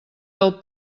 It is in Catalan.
del